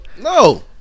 No